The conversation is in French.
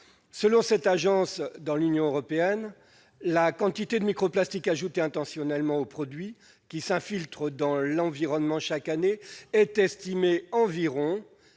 Selon cette agence, dans l'Union européenne, la quantité de microplastiques ajoutés intentionnellement aux produits qui s'infiltrent dans l'environnement chaque année est estimée à environ